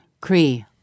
Cree